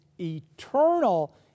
eternal